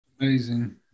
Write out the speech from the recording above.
Amazing